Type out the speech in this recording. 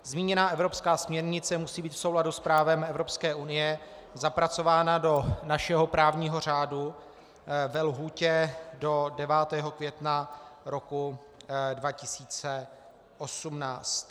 Zmíněná evropská směrnice musí být v souladu s právem Evropské unie zapracována do našeho právního řádu ve lhůtě do 9. května roku 2018.